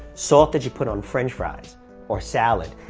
salt that you put on french fries or salad.